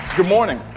good morning.